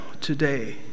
today